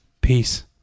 peace